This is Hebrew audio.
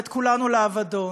ואת כולנו לאבדון.